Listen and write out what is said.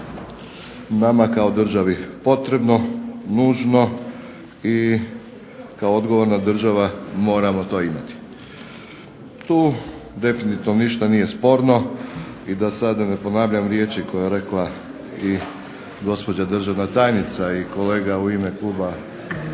nama kao državi potrebno, nužno i kao odgovorna država moramo to imati. Tu definitivno ništa nije sporno i da sada ne ponavljam riječi koje je rekla i gospođa državna tajnica i kolega u ime kluba HDZ-a sve